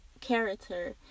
character